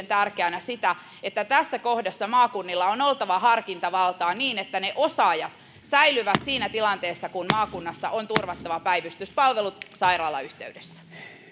tärkeänä sitä että tässä kohdassa maakunnilla on oltava harkintavaltaa niin että ne osaajat säilyvät siinä tilanteessa kun maakunnassa on turvattava päivystyspalvelut sairaalan yhteydessä